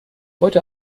heute